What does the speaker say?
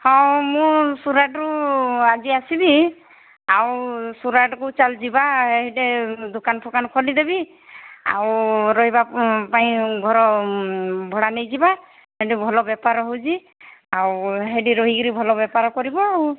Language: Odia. ହଁ ମୁଁ ସୁରାଟରୁ ଆଜି ଆସିବି ଆଉ ସୁରାଟକୁ ଚାଲ ଯିବା ସେଇଠି ଦୋକାନ ଫୋକାନ ଖୋଲିଦେବି ଆଉ ରହିବା ପାଇଁ ଘର ଭଡ଼ା ନେଇଯିବା ସେଠି ଭଲ ବେପାର ହେଉଛି ଆଉ ସେଠି ରହିକିରି ଭଲ ବେପାର କରିବୁ ଆଉ